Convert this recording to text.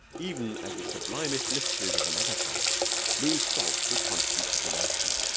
even as the sublimest mysteries of another faith lose salt through constant iteration.